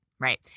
right